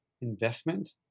investment